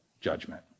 judgment